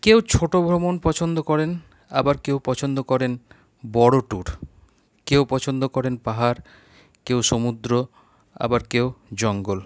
কেউ ছোটো ভ্রমন পছন্দ করেন আবার কেউ পছন্দ করেন বড়ো ট্যুর কেউ পছন্দ করেন পাহাড় কেউ সমুদ্র আবার কেউ জঙ্গল